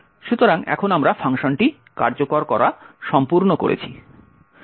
সুতরাং এখন আমরা ফাংশনটি কার্যকর করা সম্পূর্ণ করেছি